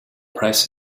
press